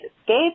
escape